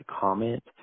comment